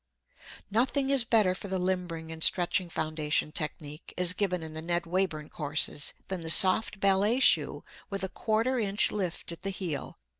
nothing is better for the limbering and stretching foundation technique, as given in the ned wayburn courses, than the soft ballet shoe with a quarter-inch lift at the heel.